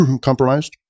compromised